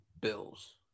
Bills